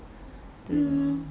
mm